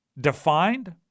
defined